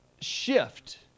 shift